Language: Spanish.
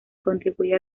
contribuye